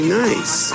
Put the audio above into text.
nice